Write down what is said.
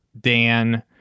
dan